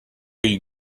you